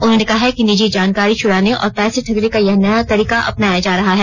उन्होंने कहा है कि निजी जानकारी चुराने और पैसे ठगने का यह नया तरीका अपनाया जा रहा है